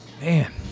Man